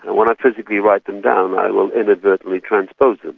and when i physically write them down i will inadvertently transpose them.